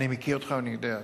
אני מכיר אותך, ואני יודע.